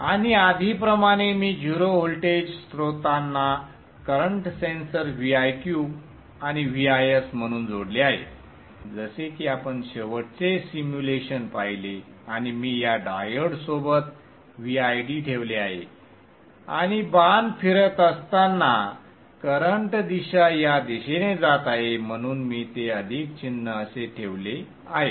आणि आधी प्रमाणे मी 0 व्होल्टेज स्त्रोतांना करंट सेन्सर्स Viq आणि Vis म्हणून जोडले आहे जसे की आपण शेवटचे सिम्युलेशन पाहिले आणि मी या डायोडसोबत Vid ठेवले आहे आणि बाण फिरत असताना करंट दिशा या दिशेने जात आहे म्हणून मी ते अधिक चिन्ह असे ठेवले आहे